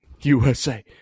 USA